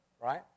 Right